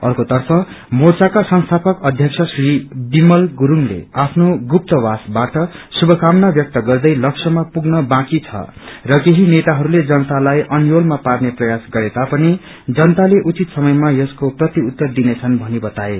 अर्कोर्तफ मोर्चाका संस्थापक अध्यक्ष श्री विमल गुरूङले आपो गुप्तवासबाट शुभकामना ब्यक्त गर्दै लक्ष्यमा पुगन बाँकी छ र केही नेताहरूले जनतालाई अन्योलमा पार्ने प्रयास गरेता पनि जनताले उचित समयमा यसको प्रतिउत्तर दिने छन् भनि बताए